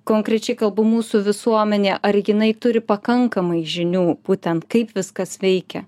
konkrečiai kalbu mūsų visuomenė ar jinai turi pakankamai žinių būtent kaip viskas veikia